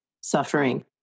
suffering